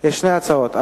כן.